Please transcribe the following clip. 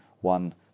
one